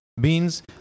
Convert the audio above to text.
beans